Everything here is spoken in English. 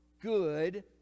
good